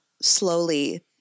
slowly